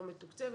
לא מתוקצבת,